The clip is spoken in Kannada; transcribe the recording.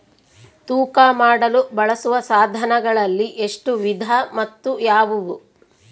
ತೂಕ ಮಾಡಲು ಬಳಸುವ ಸಾಧನಗಳಲ್ಲಿ ಎಷ್ಟು ವಿಧ ಮತ್ತು ಯಾವುವು?